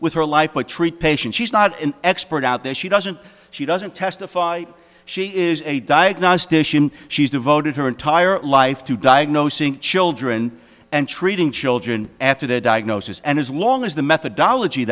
with her life but treat patients she's not an expert out there she doesn't she doesn't testify she is a diagnostician she's devoted her entire life to diagnosing children and treating children after the diagnosis and as long as the methodology